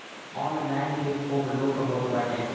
online भी खूब लूट होत बाटे